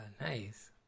nice